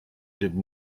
did